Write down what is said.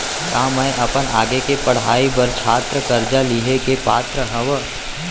का मै अपन आगे के पढ़ाई बर छात्र कर्जा लिहे के पात्र हव?